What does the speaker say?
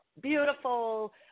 beautiful